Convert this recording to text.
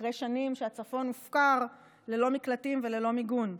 אחרי שנים שהצפון הופקר ללא מקלטים וללא מיגון,